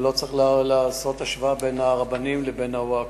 ולא צריך לעשות השוואה בין הרבנים לבין הווקף.